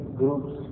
groups